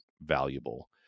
valuable